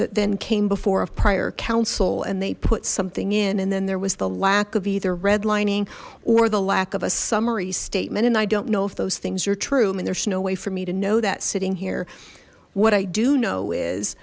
then came before of prior council and they put something in and then there the lack of either redlining or the lack of a summary statement and i don't know if those things are true i mean there's no way for me to know that sitting here what i do know is